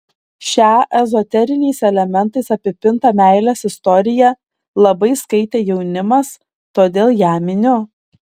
šią ezoteriniais elementais apipintą meilės istoriją labai skaitė jaunimas todėl ją miniu